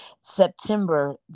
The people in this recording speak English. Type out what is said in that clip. September